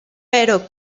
pero